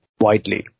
widely